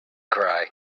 cry